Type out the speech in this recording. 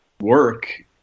work